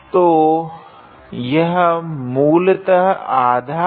तो यह मूलतः आधा है